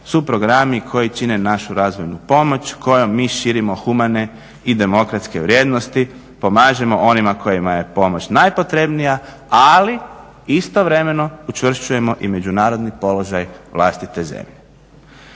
su programi koji čine našu razvojnu pomoć kojom mi širimo humane i demokratske vrijednosti, pomažemo onima kojima je pomoć najpotrebnija, ali istovremeno učvršćujemo i međunarodni položaj vlastite zemlje.